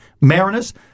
Mariners